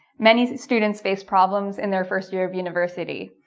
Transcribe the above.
many students face problems in their first year of university